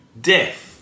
death